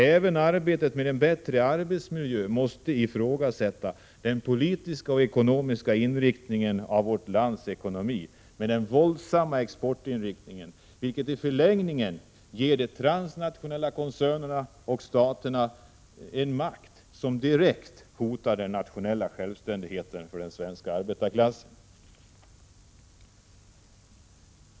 Även i arbetet på att åstadkomma en bättre arbetsmiljö måste vi ifrågasätta den politiska och ekonomiska inriktningen i vårt land med dess betoning på export, som i förlängningen ger de transnationella koncernerna och staterna en makt som direkt hotar den nationella självständigheten för den svenska arbetarklassen.